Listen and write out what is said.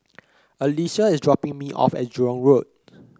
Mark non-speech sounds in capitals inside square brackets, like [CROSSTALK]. Alycia is dropping me off at Jurong [NOISE] Road